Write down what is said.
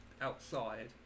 outside